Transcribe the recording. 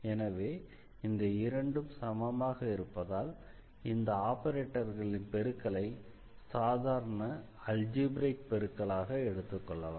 எனவே இந்த இரண்டும் சமமாக இருப்பதால் இந்த ஆபரேட்டர்களின் பெருக்கலை சாதாரண அல்ஜீப்ரைக் பெருக்கலாக எடுத்துக்கொள்ளலாம்